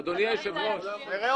לכן